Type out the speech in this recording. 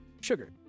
sugar